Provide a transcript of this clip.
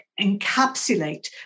encapsulate